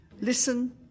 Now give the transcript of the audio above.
listen